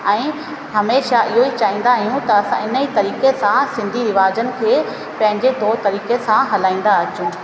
ऐं हमेशह इहो ई चाहींदा आहियूं त असां इन ई तरीक़े सां सिंधी रिवाजनि खे पंहिंजे तौर तरीक़े सां हलाईंदा अचूं